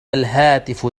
الهاتف